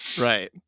Right